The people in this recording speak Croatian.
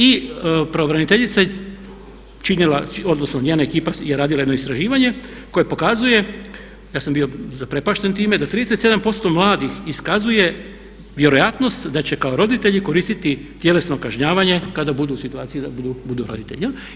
I pravobraniteljica je činila, odnosno njena ekipa je radila jedno istraživanje koje pokazuje, ja sam bio zaprepašten time da 37% mladih iskazuje vjerojatnost da će kao roditelji koristiti tjelesno kažnjavanje kada budu u situaciji da budu roditelji.